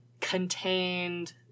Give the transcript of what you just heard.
contained